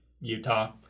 Utah